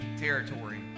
territory